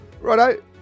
Righto